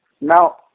Now